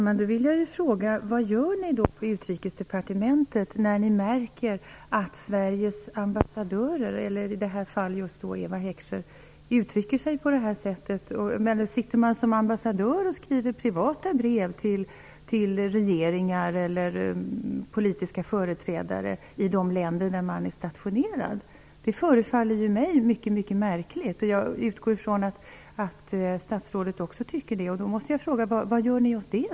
Herr talman! Jag vill fråga vad ni gör på Utrikesdepartementet när ni märker att Sveriges ambassadörer - i detta fall Eva Heckscher - uttrycker sig på detta sätt. Kan man som ambassadör skriva privata brev till regeringar eller politiska företrädare i de länder där man är stationerad? Det förefaller mig mycket märkligt. Jag utgår från att statsrådet också tycker det. Vad gör ni åt det?